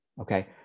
okay